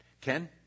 Ken